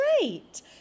Great